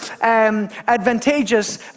advantageous